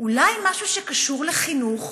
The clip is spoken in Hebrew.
אולי משהו שקשור לחינוך?